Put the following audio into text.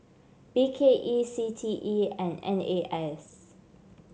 B K E C T E and N A S